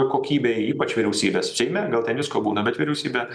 kokybei ypač vyriausybės seime gal ten visko būna bet vyriausybė